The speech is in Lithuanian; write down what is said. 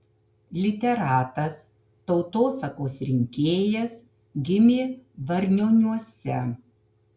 literatas tautosakos rinkėjas gimė varnioniuose